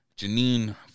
Janine